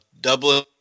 Dublin